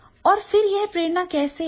और फिर यह प्रेरणा कैसे है